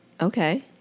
Okay